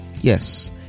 Yes